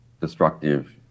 destructive